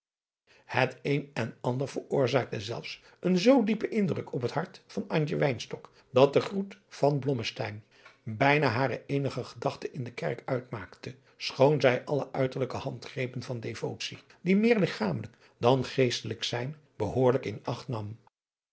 het een en ander veroorzaakte zelfs een zoo diepen indruk op het hart van antje adriaan loosjes pzn het leven van johannes wouter blommesteyn wynstok dat de groet van blommesteyn bijna hare eenige gedachte in de kerk uitmaakte schoon zij alle uiterlijke handgrepen van devotie die meer ligchamelijk dan geestelijk zijn behoorlijk in acht nam